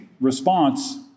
response